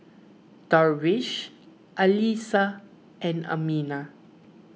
Darwish Alyssa and Aminah